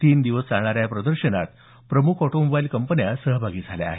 तीन दिवस चालणाऱ्या या प्रदर्शनात प्रमुख ऑटोमोबाईल कंपन्या सहभागी झाल्या आहेत